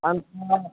अन्त